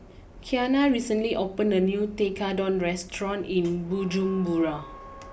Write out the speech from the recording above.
Qiana recently opened a new Tekkadon restaurant in Bujumbura